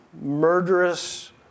murderous